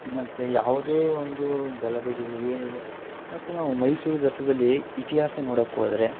ಮತ್ತು ಯಾವುದೇ ಒಂದು ಗಲಭೆಗಳು ಏನಿಲ್ಲ ಮತ್ತು ನಾವು ಮೈಸೂರು ದಸರಾದಲ್ಲಿ ಇತಿಹಾಸ ನೋಡೋಕೋದ್ರೆ